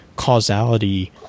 Causality